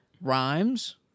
rhymes